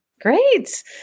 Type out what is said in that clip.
great